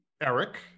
Eric